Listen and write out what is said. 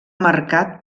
marcat